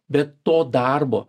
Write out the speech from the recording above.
bet to darbo